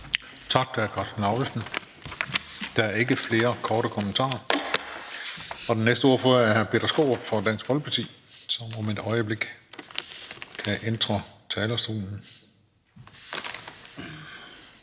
Tak til hr. Karsten Lauritzen. Der er ikke flere korte bemærkninger. Den næste ordfører er hr. Peter Skaarup fra Dansk Folkeparti, som om et øjeblik kan entre talerstolen.